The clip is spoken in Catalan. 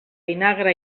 vinagre